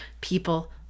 people